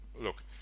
look